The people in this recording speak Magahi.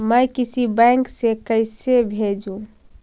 मैं किसी बैंक से कैसे भेजेऊ